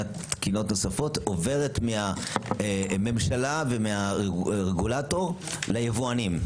מבחינת תקינות נוספות עוברת מהממשלה ומהרגולטור ליבואנים.